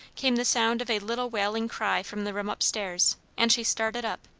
came the sound of a little wailing cry from the room up-stairs, and she started up.